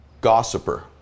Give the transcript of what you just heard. gossiper